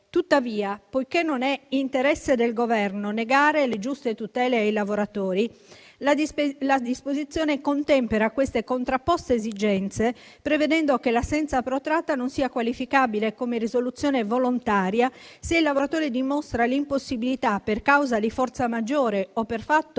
Tuttavia, poiché non è interesse del Governo negare le giuste tutele ai lavoratori, la disposizione contempera queste contrapposte esigenze, prevedendo che l'assenza protratta non sia qualificabile come risoluzione volontaria, se il lavoratore dimostra l'impossibilità, per causa di forza maggiore o per fatto